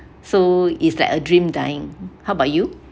so is like a dream dying how about you